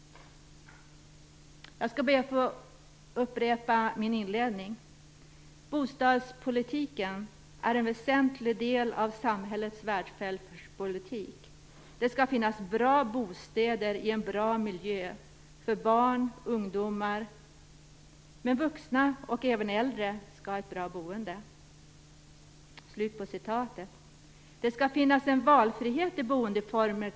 Jag skall be att få upprepa min inledning: Bostadspolitiken är en väsentlig del av samhällets välfärdspolitik. Det skall finnas bra bostäder i en bra miljö för barn och ungdomar. Men vuxna och även äldre skall ha ett bra boende. Vi i Centern anser att det skall finnas en valfrihet i boendeformer.